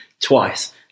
twice